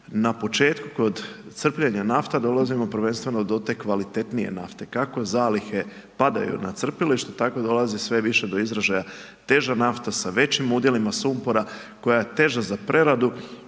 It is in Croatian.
na početku kod crpljenja nafta dolazimo prvenstveno do te kvalitetnije nafte, kako zalihe padaju na crpilištu, tako dolazi sve više do izražaja teža nafta sa većim udjelima sumpora, koja je teža za preradu